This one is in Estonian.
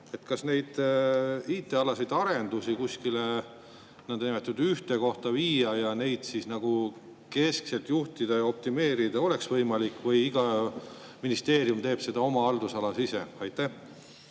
Kas neid IT‑arendusi kuskile ühte kohta viia ja neid keskselt juhtida ja optimeerida oleks võimalik või iga ministeerium teeb seda oma haldusalas ise? Aitäh!